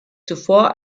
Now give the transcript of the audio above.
zuvor